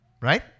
Right